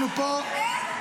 אנחנו פה --- אין,